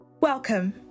welcome